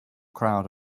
crowd